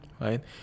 Right